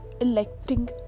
electing